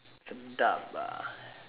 sedap ah